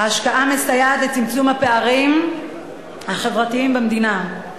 ההשקעה מסייעת לצמצום הפערים החברתיים במדינה.